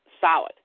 solid